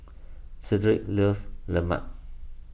Shedrick loves Lemang